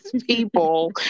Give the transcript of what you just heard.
people